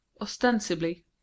Ostensibly